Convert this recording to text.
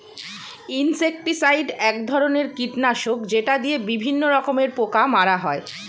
insecticide এক ধরনের কীটনাশক যেটা দিয়ে বিভিন্ন রকমের পোকা মারা হয়